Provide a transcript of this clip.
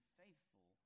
faithful